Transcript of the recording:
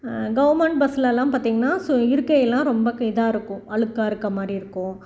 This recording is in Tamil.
கவுர்மென்ட் பஸ்லெல்லாம் பார்த்தீங்கன்னா ஸோ இருக்கை எல்லாம் ரொம்ப இதாக இருக்கும் அழுக்கா இருக்க மாதிரி இருக்கும்